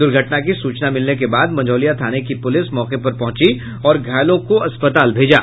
दुर्घटना की सूचना मिलने के बाद मझौलिया थाना की पुलिस मौके पर पहुंची और घायलों को अस्पताल भेजा